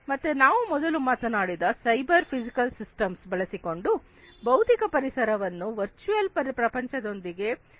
ಮತ್ತೆ ನಾವು ಮೊದಲು ಮಾತನಾಡಿದ ಸೈಬರ್ ಫಿಸಿಕಲ್ ಸಿಸ್ಟಮ್ ಬಳಸಿಕೊಂಡು ಭೌತಿಕ ಪರಿಸರವನ್ನು ವರ್ಚುವಲ್ ಪ್ರಪಂಚದೊಂದಿಗೆ ಸಂಪರ್ಕಿಸಲಾಗಿದೆ